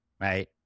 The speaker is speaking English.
right